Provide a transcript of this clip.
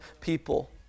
people